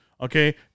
Okay